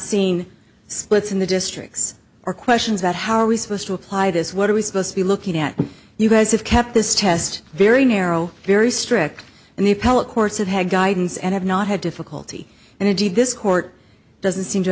seeing splits in the districts or questions about how are we supposed to apply this what are we supposed to be looking at you guys have kept this test very narrow very strict and the appellate courts have had guidance and have not had difficulty and indeed this court doesn't seem to